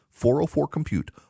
404-COMPUTE